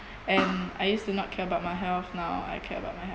and I used to not care about my health now I care about my health